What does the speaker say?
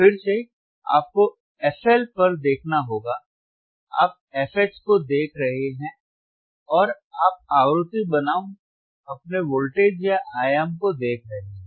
फिर से आपको FL पर देखना होगा आप FH को देख रहे हैं और आप आवृत्ति बनाम अपने वोल्टेज या आयाम को देख रहे हैं